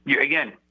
Again